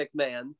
McMahon